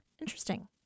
Interesting